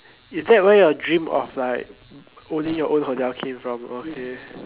is that where your dream of like owning your own hotel came from okay